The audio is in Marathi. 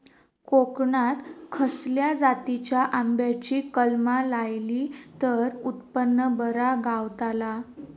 कोकणात खसल्या जातीच्या आंब्याची कलमा लायली तर उत्पन बरा गावताला?